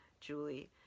Julie